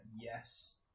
yes